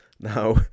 Now